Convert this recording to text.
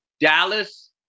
Dallas